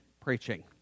preaching